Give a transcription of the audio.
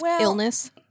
illness